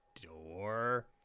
door